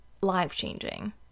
life-changing